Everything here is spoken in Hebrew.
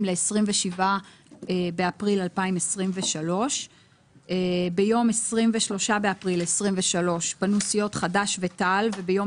ל-27 באפריל 2023. ביום 23 באפריל 2023 פנו סיעות חד"ש ותע"ל וביום